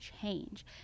change